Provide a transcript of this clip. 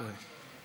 הכהן.